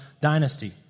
dynasty